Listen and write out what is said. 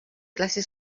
classe